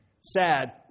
Sad